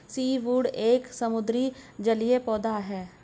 seaweed एक समुद्री जलीय पौधा है